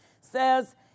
says